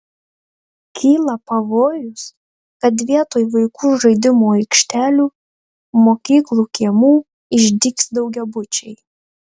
kyla pavojus kad vietoj vaikų žaidimų aikštelių mokyklų kiemų išdygs daugiabučiai